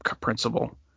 principle